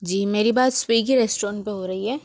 जी मेरी बात Swiggy restaurant पे हो रही है